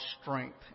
strength